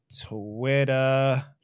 twitter